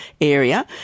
area